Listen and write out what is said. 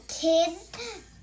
Kids